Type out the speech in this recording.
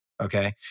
Okay